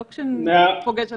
לא כשהוא פוגש אנשים.